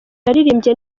yaririmbye